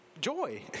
joy